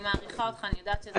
אני מעריכה אותך, אני יודעת שזה